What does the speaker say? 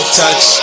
touch